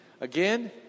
Again